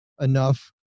enough